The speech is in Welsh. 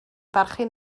barchu